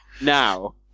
Now